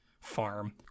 farm